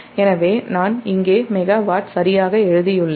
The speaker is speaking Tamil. எனவே நான் இங்கே மெகாவாட் சரியாக எழுதியுள்ளேன்